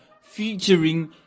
featuring